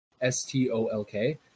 S-T-O-L-K